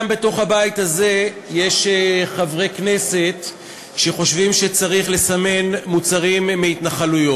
גם בתוך הבית יש חברי כנסת שחושבים שצריך לסמן מוצרים מההתנחלויות.